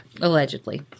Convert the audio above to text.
allegedly